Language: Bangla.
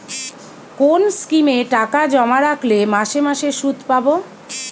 কোন স্কিমে টাকা জমা রাখলে মাসে মাসে সুদ পাব?